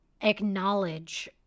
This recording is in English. Acknowledge